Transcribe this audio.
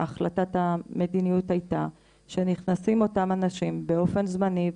החלטת המדיניות הייתה שנכנסים אותם אנשים באופן זמני,